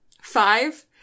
five